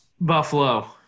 Buffalo